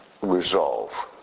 resolve